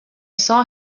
saw